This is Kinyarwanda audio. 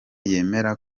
yemera